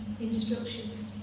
instructions